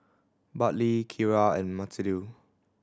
Bartley Kira and Matilde